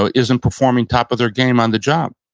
ah isn't performing top of their game on the job.